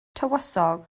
tywysog